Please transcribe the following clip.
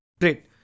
Great